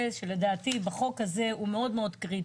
שלדעתי בחוק הזה הוא מאוד מאוד קריטי.